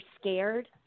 scared